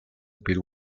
speed